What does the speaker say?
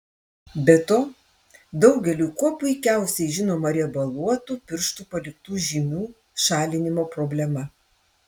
be to daugeliui kuo puikiausiai žinoma riebaluotų pirštų paliktų žymių šalinimo problema